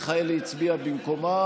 חברת הכנסת מיכאלי הצביעה במקומה,